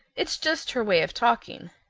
it's just her way of talking.